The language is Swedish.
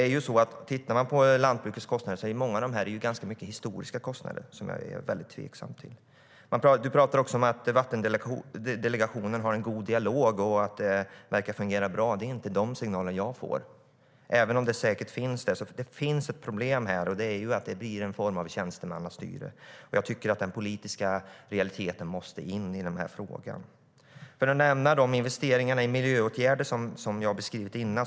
Om man tittar på lantbrukets kostnader är ganska mycket av det historiska kostnader, som jag är tveksam till. Jag ska nämna de investeringar i miljöåtgärder som jag har beskrivit tidigare.